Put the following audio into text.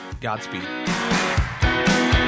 Godspeed